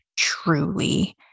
truly